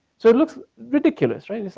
so, it looks ridiculous, right?